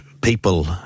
people